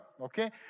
okay